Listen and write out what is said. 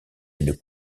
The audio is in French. une